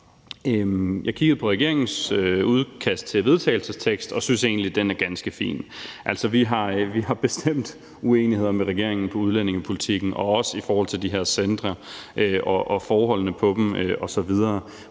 Jeg kiggede på regeringens udkast til en vedtagelsestekst og synes egentlig, den er ganske fin. Vi har bestemt uenigheder med regeringen på udlændingepolitikken og også i forhold til de her centre og forholdene på dem osv.,